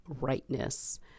rightness